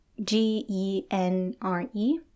G-E-N-R-E